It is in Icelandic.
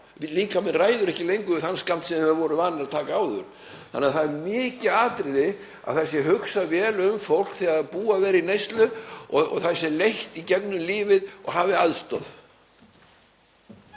Líkaminn ræður ekki lengur við þann skammt sem þeir voru vanir að taka áður. Þannig að það er mikið atriði að það sé hugsað vel um fólk þegar það er búið að vera í neyslu og það sé leitt í gegnum lífið og hafi aðstoð.